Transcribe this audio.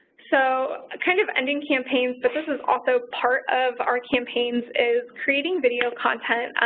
so ah kind of ending campaigns, but this is also part of our campaigns, is creating video content.